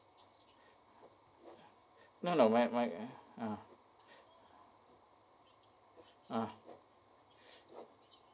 no my my ah ah